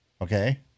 Okay